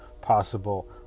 possible